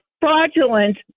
fraudulent